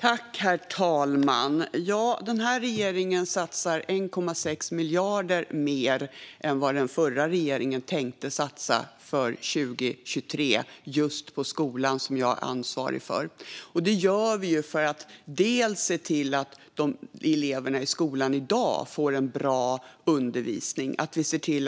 Herr talman! Den här regeringen satsar 1,6 miljarder mer på just skolan, som jag är ansvarig för, än vad den förra regeringen tänkte satsa under 2023. Det gör vi för att se till att eleverna i skolan i dag får en bra undervisning och